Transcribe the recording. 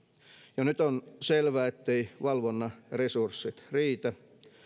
jo nyt on selvää etteivät valvonnan resurssit riitä